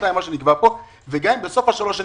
שנתיים מה שנקבע פה - וגם אם בסוף שלוש השנים